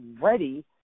ready